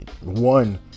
one